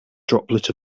droplet